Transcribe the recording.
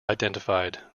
identified